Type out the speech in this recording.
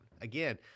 again